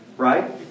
right